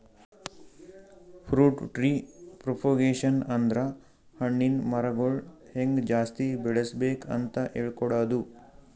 fruit tree propagation ಅಂದ್ರ ಹಣ್ಣಿನ್ ಮರಗೊಳ್ ಹೆಂಗ್ ಜಾಸ್ತಿ ಬೆಳಸ್ಬೇಕ್ ಅಂತ್ ಹೇಳ್ಕೊಡದು